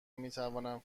میتوانند